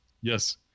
yes